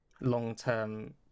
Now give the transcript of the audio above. long-term